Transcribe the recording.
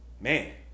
man